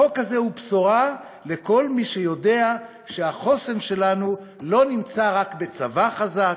החוק הזה הוא בשורה לכל מי שיודע שהחוסן שלנו לא נמצא רק בצבא חזק,